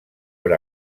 per